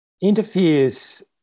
interferes